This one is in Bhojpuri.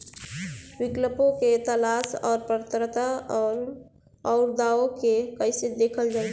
विकल्पों के तलाश और पात्रता और अउरदावों के कइसे देखल जाइ?